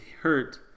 hurt